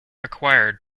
acquired